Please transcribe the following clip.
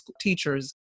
teachers